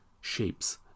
shapes